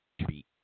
treat